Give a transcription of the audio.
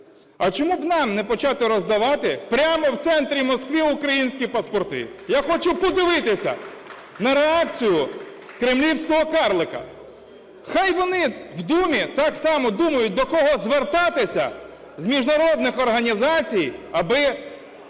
А чому б нам не почати роздавати прямо в центрі Москви українські паспорти? Я хочу подивитися на реакцію "кремлівського карлика", хай вони в Думі так само думають, до кого звертатися з міжнародних організацій, аби